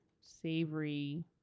savory